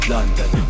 London